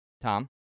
Tom